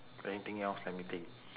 anything else let me think